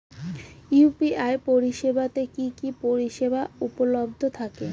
UPI পরিষেবা তে কি কি পরিষেবা উপলব্ধি থাকে?